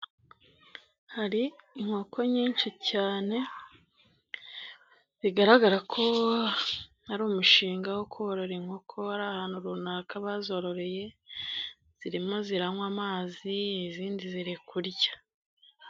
Hari inkoko nyinshi cyane bigaragara ko hari umushinga wo korora inkoko ari ahantu runaka bazororeye, zirimo ziranywa amazi izindi ziri kurya.